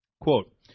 Quote